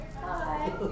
Hi